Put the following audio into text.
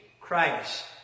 Christ